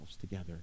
together